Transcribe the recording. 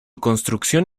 construcción